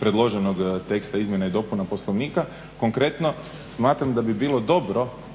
predloženog teksta izmjene i dopune Poslovnika, konkretno smatram da bi bilo dobro